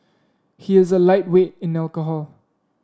he is a lightweight in alcohol